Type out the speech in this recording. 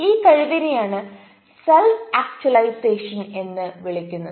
ഈ കഴിവിനെയാണ് self actualisation എന്ന് വിളിക്കുന്നത്